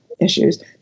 issues